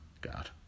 God